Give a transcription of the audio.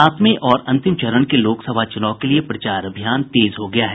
सातवें और अंतिम चरण के लोकसभा चुनाव के लिए प्रचार अभियान तेज हो गया है